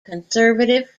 conservative